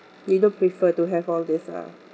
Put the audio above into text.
you don't prefer to have all this ah